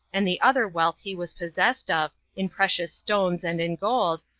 and the other wealth he was possessed of, in precious stones and in gold,